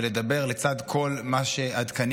ולצד כל מה שעדכני